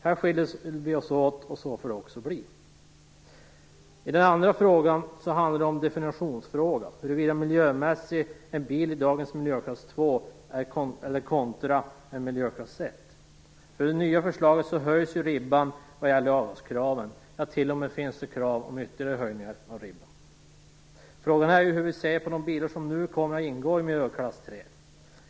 Här skiljer vi oss åt, och så får det också bli. Den andra frågan handlar om definition: hur miljömässig en bil i dagens miljöklass 2 är kontra en i miljöklass 1. Med det nya förslaget höjs ribban vad gäller avgaskraven - det finns t.o.m. krav om ytterligare höjning av ribban. Frågan är hur vi ser på de bilar som nu kommer att ingå i miljöklass 3.